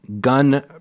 gun